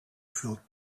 felt